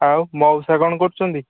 ଆଉ ମଉସା କ'ଣ କରୁଛନ୍ତି